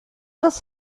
das